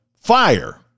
Fire